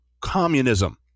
communism